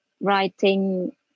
writing